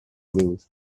lose